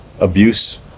abuse